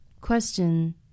Question